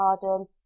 pardon